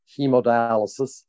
hemodialysis